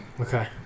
Okay